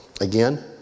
again